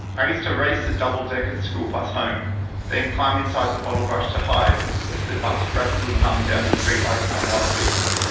i used to race the double-decker school bus home then climb inside the bottlebrush to hide as the bus rattled and hummed down the street like some wild beast.